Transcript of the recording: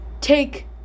take